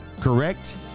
correct